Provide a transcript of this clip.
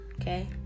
okay